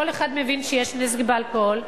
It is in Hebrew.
כל אחד מבין שיש נזק באלכוהול.